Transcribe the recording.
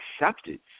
accepted